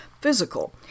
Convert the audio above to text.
physical